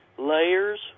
Layers